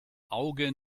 auge